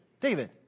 David